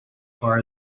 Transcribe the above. far